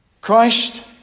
Christ